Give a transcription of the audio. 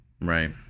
Right